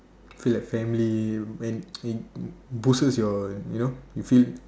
feel like family when and it boosts your you know you feel